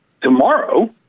tomorrow